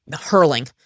hurling